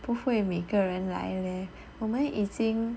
不会每个人来 leh 我们已经